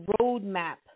roadmap